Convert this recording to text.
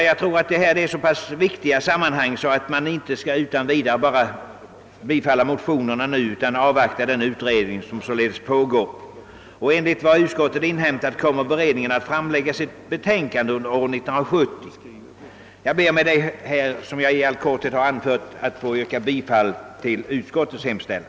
Jag tror att det här rör sig om så viktiga saker, att man inte utan vidare bör bifalla motionerna utan i stället avvakta resultaten av den pågående beredningen. Enligt vad utskottet inhämtat kommer beredningen att framlägga sitt betänkande under år 1970. Herr talman! Jag ber att efter dessa i all korthet framlagda synpunkter få yrka bifall till utskottets hemställan.